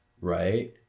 Right